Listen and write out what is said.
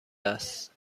است